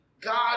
God